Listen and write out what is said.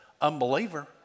unbeliever